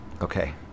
Okay